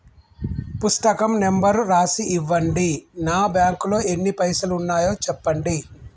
పుస్తకం నెంబరు రాసి ఇవ్వండి? నా బ్యాంకు లో ఎన్ని పైసలు ఉన్నాయో చెప్పండి?